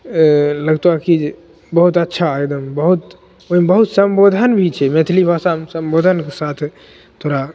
ए लगतऽ कि जे बहुत अच्छा एगदम बहुत ओहिमे बहुत सम्बोधन भी छै मैथिली भाषामे सम्बोधनके साथ तोरा